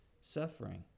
suffering